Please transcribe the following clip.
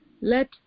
let